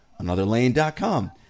Anotherlane.com